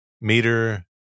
Meter